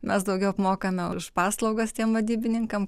mes daugiau apmokame už paslaugas tiem vadybininkam